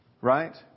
Right